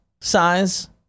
size